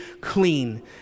clean